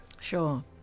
Sure